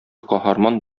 каһарман